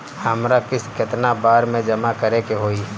हमरा किस्त केतना बार में जमा करे के होई?